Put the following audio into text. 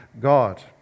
God